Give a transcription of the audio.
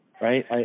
Right